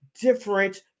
different